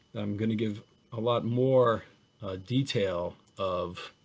i'm going to give a lot more detail of